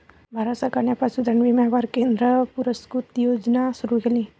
भारत सरकारने पशुधन विम्यावर केंद्र पुरस्कृत योजना सुरू केली